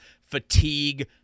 Fatigue